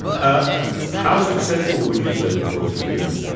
ah how successful would you say the course has been?